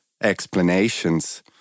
explanations